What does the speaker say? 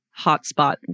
hotspot